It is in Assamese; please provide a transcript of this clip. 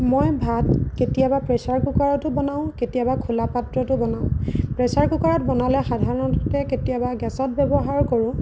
মই ভাত কেতিয়াবা প্ৰেচাৰ কুকাৰটো বনাওঁ কেতিয়াবা খোলা পাত্ৰটো বনাওঁ প্ৰেচাৰ কুকাৰত বনালে সাধাৰণতে কেতিয়াবা গেছত ব্যৱহাৰ কৰোঁ